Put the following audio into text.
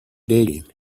digging